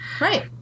Right